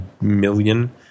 million